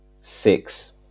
six